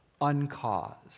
uncaused